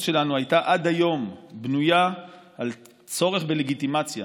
שלנו הייתה עד היום בנויה על צורך בלגיטימציה,